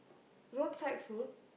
road side food